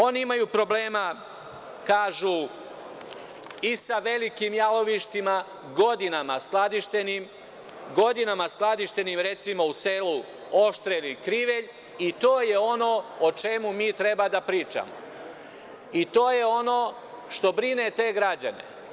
Oni imaju problema, kažu, i sa velikim jalovištima godinama skladištenim, recimo u selu Oštrev i Krivelj, i to je ono o čemu mi treba da pričamo, i to je ono što brine te građane.